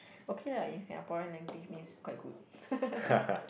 okay lah in Singaporean language means quite good